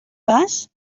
vas